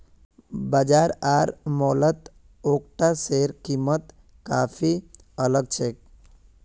बाजार आर मॉलत ओट्सेर कीमत काफी अलग छेक